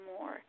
more